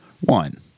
One